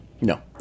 No